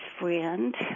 friend